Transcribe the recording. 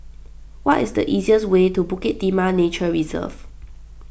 what is the easiest way to Bukit Timah Nature Reserve